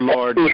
Lord